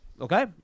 Okay